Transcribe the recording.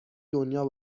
دنیا